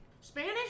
spanish